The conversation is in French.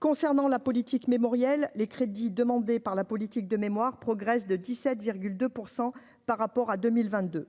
concernant la politique mémorielle, les crédits demandés par la politique de mémoire progresse de 17 2 % par rapport à 2022